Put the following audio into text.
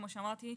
כמו שאמרתי,